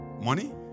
Money